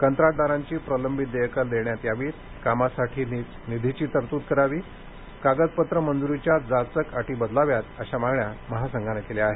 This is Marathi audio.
कंत्राटदारांची प्रलंबित देयकं देण्यात यावीत कामासाठी निधीची तरतूद करावी कागदपत्र मंजुरीच्या जाचक अटी बदलाव्यात अश्या मागण्या महासंघानं केल्या आहेत